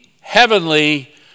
heavenly